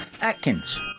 Atkins